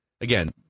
Again